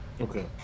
Okay